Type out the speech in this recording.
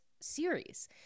series